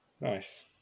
Nice